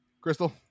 crystal